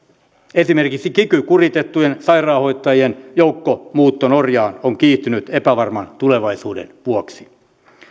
esimerkiksi kiky kuritettujen sairaanhoitajien joukkomuutto norjaan on kiihtynyt epävarman tulevaisuuden vuoksi